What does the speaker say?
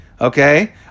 Okay